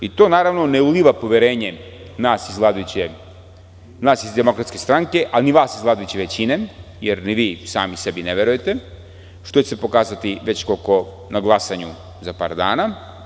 I to naravno ne uliva poverenje nas iz DS, a ni vas iz vladajuće većine, jer ni vi sami sebi ne verujete, što će se pokazati već koliko na glasanju za par dana.